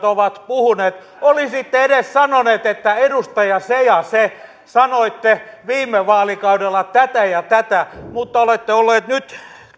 ovat puhuneet olisitte edes sanoneet että edustaja se ja se sanoitte viime vaalikaudella tätä ja tätä mutta te olette olleet nyt